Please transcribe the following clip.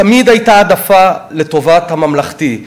תמיד הייתה העדפה לטובת הממלכתי.